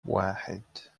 واحد